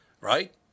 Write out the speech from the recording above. right